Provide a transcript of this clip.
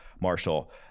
Marshall